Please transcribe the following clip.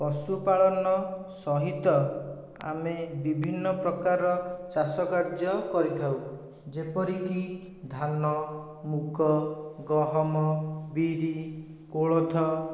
ପଶୁପାଳନ ସହିତ ଆମେ ବିଭିନ୍ନ ପ୍ରକାର ଚାଷ କାର୍ଯ୍ୟ କରିଥାଉ ଯେପରିକି ଧାନ ମୁଗ ଗହମ ବିରି କୋଳଥ